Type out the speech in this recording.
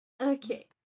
Okay